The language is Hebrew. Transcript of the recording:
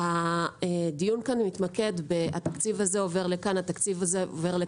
והדיון כאן מתמקד בשאלה לאן עובר כל תקציב.